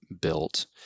built